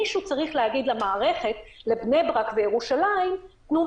מישהו צריך להגיד למערכת: לבני-ברק ולירושלים תנו,